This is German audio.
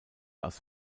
aus